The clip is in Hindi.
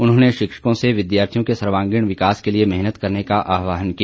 उन्होंने शिक्षकों से विधार्थियों के सर्वांगीण विकास के लिए मेहनत करने का आह्वान किया